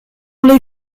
les